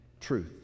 Truth